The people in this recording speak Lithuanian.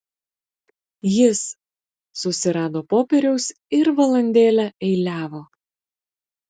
jis susirado popieriaus ir valandėlę eiliavo